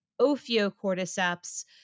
Ophiocordyceps